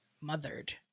mothered